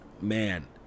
man